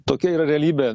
tokia yra realybė